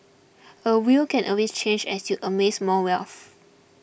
a will can always change as you amass more wealth